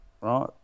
Right